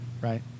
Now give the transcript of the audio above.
right